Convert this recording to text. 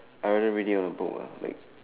I rather read it on a book eh like